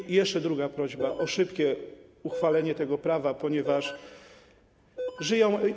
I jeszcze druga prośba - o szybkie uchwalenie tego prawa, ponieważ oni żyją.